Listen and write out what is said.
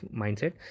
mindset